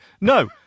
No